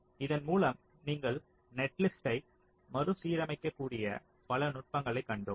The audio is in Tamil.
இதன் மூலம் நீங்கள் நெட்லிஸ்ட்டை மறுசீரமைக்கக்கூடிய பல நுட்பங்களைக் கண்டோம்